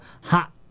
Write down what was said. hot